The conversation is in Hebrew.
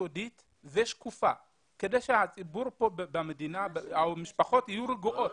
יסודית ושקופה, כדי שהמשפחות יהיו רגועות.